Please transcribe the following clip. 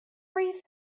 wreath